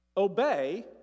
Obey